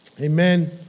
Amen